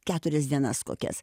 keturias dienas kokias